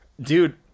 dude